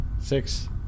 Six